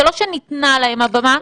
זה לא שניתנה להם הבמה.